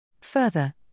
Further